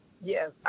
Yes